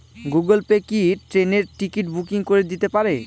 Google Pay কি ট্রেনের ticket booking করে দিতে পারে?